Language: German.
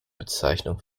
bezeichnung